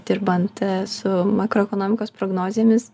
dirbant su makroekonomikos prognozėmis